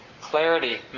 Clarity